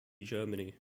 germany